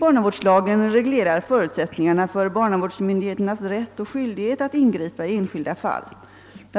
Barnavårdslagen reglerar förutsättningarna för barnavårdsmyndigheternas rätt och skyldighet att ingripa i enskilda fall. BL.